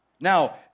Now